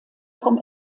vom